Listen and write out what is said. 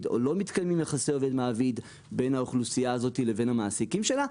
או לא בין האוכלוסייה הזאת לבין המעסיקים שלה,